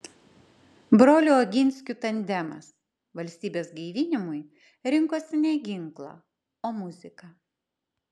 brolių oginskių tandemas valstybės gaivinimui rinkosi ne ginklą o muziką